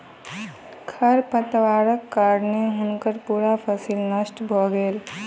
खरपातक कारणें हुनकर पूरा फसिल नष्ट भ गेलैन